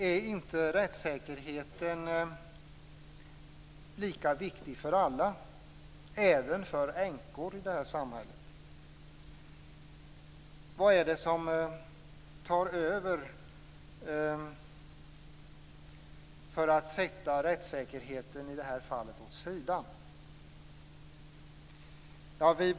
Är inte rättssäkerheten lika viktig för alla, även för änkor, i det här samhället? Vad är det som tar över i det här fallet och sätter rättssäkerheten åt sidan?